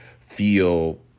feel